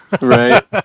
Right